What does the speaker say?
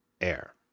Air